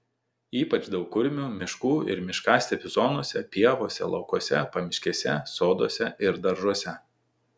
ypač daug kurmių miškų ir miškastepių zonose pievose laukuose pamiškėse soduose ir daržuose